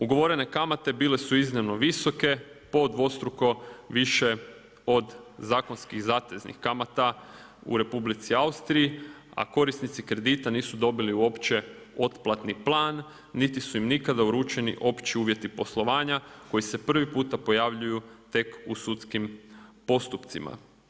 Ugovorene kamate bile su iznimno visoke, po dvostruko više od zakonskih zateznih kamata, u Republici Austriji, a korisnici kredita nisu dobili uopće otplatni plan niti su im nikada uručeni opći uvjeti poslovanja koji se prvi puta pojavljuju tek u sudskim postupcima.